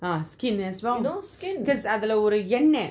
ah skin as well ah cause அது ஒரு என்ன:athu oru enna